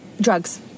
drugs